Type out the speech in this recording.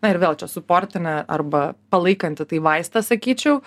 na ir vėl čia suportinė arba palaikanti tai vaistas sakyčiau